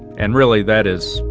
and really, that is,